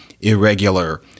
irregular